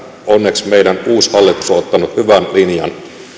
onneksi meidän uusi hallitus on ottanut hyvän linjan